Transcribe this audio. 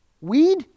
weed